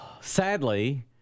Sadly